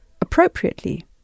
appropriately